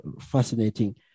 fascinating